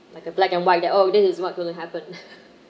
like a black and white then oh this is what's going to happen